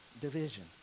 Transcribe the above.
division